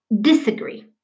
Disagree